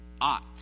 ought